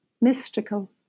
mystical